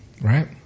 right